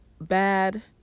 bad